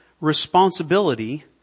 responsibility